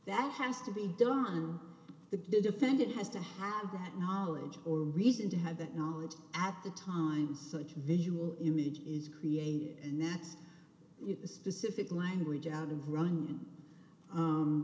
that has to be done on the defendant has to have that knowledge or reason to have that knowledge at the time such a visual image is created and that's the specific language out of